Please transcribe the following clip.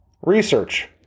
Research